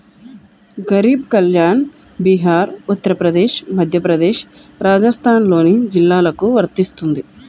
గరీబ్ కళ్యాణ్ బీహార్, ఉత్తరప్రదేశ్, మధ్యప్రదేశ్, రాజస్థాన్లోని జిల్లాలకు వర్తిస్తుంది